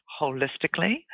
holistically